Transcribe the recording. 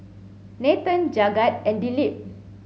Nathan Jagat and Dilip